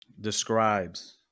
describes